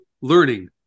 learning